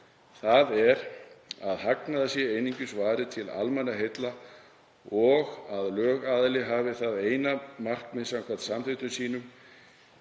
þ.e. að hagnaði sé einungis varið til almannaheilla og að lögaðili hafi það að eina markmið samkvæmt samþykktum sínum.